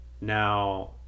now